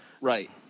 Right